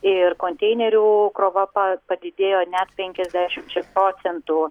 ir konteinerių krova pa padidėjo net penkiasdešimčia procentų